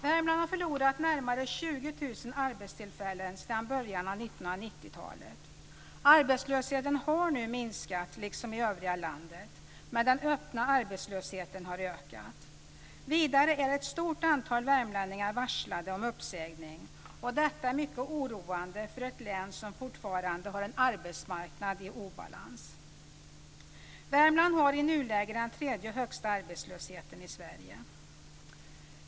Värmland har förlorat närmare 20 000 arbetstillfällen sedan början av 1990-talet. Arbetslösheten har nu liksom i övriga landet minskat, men den öppna arbetslösheten har ökat. Vidare är ett stort antal värmlänningar varslade om uppsägning, och detta är mycket oroande för ett län som fortfarande har en arbetsmarknad i obalans. Värmland har i nuläget den tredje högsta arbetslösheten i Sverige.